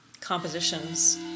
compositions